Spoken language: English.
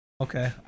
okay